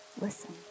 Listen